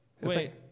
Wait